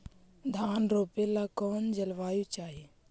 धान रोप ला कौन जलवायु चाही?